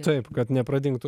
taip kad nepradingtų